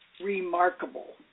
remarkable